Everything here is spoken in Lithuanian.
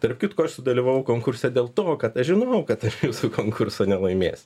tarp kitko aš sudalyvavau konkurse dėl to kad aš žinau kad aš jūsų konkurso nelaimėsiu